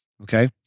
Okay